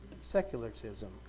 secularism